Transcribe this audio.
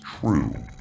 true